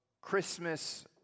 Christmas